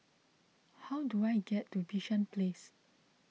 how do I get to Bishan Place